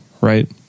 right